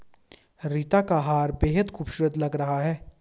रीता का हार बेहद खूबसूरत लग रहा है